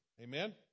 Amen